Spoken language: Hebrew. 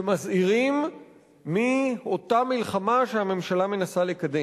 שמזהירים מאותה מלחמה שהממשלה מנסה לקדם.